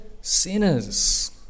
sinners